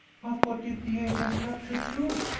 but what did the agents have to do?